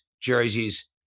jerseys